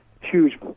huge